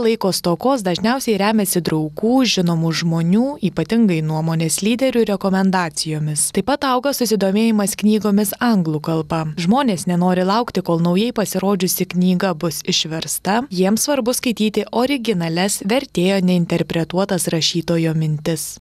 laiko stokos dažniausiai remiasi draugų žinomų žmonių ypatingai nuomonės lyderių rekomendacijomis taip pat auga susidomėjimas knygomis anglų kalba žmonės nenori laukti kol naujai pasirodžiusi knyga bus išversta jiems svarbu skaityti originalias vertėjo neinterpretuotas rašytojo mintis